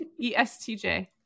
ESTJ